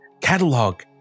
catalog